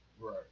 Right